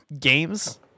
games